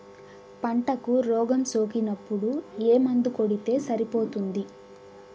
పంటకు రోగం సోకినపుడు ఏ మందు కొడితే సరిపోతుంది?